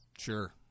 sure